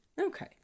okay